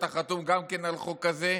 גם אתה חתום על החוק הזה,